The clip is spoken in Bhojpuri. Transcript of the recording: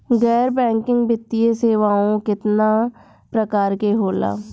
गैर बैंकिंग वित्तीय सेवाओं केतना प्रकार के होला?